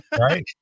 Right